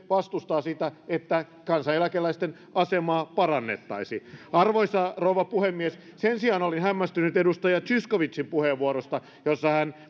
vastustaa sitä että kansaneläkeläisten asemaa parannettaisiin arvoisa rouva puhemies sen sijaan olin hämmästynyt edustaja zyskowiczin puheenvuorosta jossa hän